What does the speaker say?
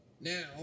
Now